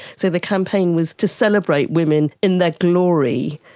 so the campaign was to celebrate women in their glory